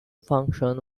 function